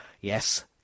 yes